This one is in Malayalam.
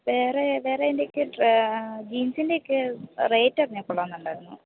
വേറെ വേറെ എന്തൊക്കെയാണ് ജീൻസിൻ്റെയൊക്കെ റേറ്റ് അറിഞ്ഞാൽ കൊള്ളാമെന്നുണ്ടായിരുന്നു